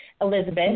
elizabeth